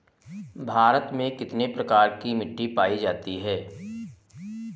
भारत में कितने प्रकार की मिट्टी पायी जाती है?